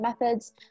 methods